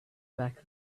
back